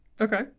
okay